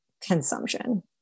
consumption